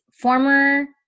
former